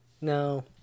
No